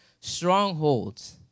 strongholds